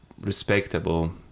respectable